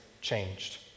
changed